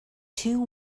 two